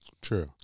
True